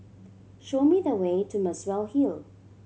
show me the way to Muswell Hill